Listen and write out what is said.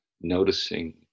noticing